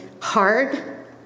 hard